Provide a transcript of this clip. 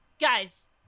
guys